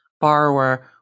borrower